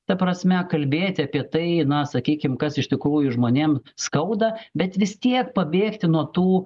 ta prasme kalbėti apie tai na sakykim kas iš tikrųjų žmonėm skauda bet vis tiek pabėgti nuo tų